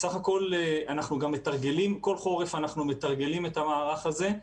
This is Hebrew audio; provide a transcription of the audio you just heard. בסך הכול בכל חורף אנחנו מתרגלים את המערך הזה.